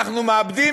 אנחנו מאבדים,